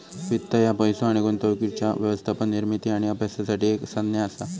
वित्त ह्या पैसो आणि गुंतवणुकीच्या व्यवस्थापन, निर्मिती आणि अभ्यासासाठी एक संज्ञा असा